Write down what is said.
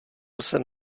jsem